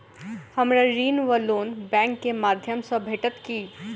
हमरा ऋण वा लोन बैंक केँ माध्यम सँ भेटत की?